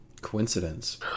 coincidence